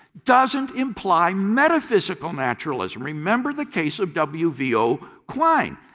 doesn't imply metaphysical naturalism. remember the case of w. v. o. quine.